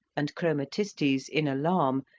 and chromatistes, in alarm,